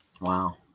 Wow